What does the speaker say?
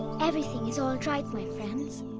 everything is all right, my friends.